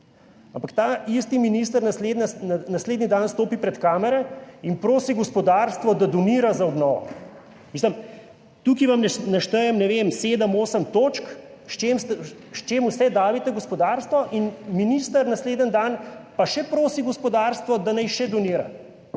Ampak ta isti minister naslednji dan stopi pred kamere in prosi gospodarstvo da donira za obnovo. Mislim, tukaj vam naštejem ne vem 7, 8 točk, s čim, s čim vse davite gospodarstvo in minister naslednji dan pa še prosi gospodarstvo, da naj še donira.